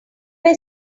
were